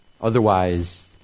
Otherwise